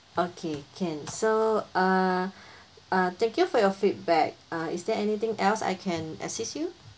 okay can so uh uh thank you for your feedback uh is there anything else I can assist you